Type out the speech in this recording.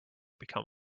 become